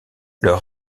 leur